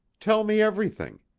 tell me everything.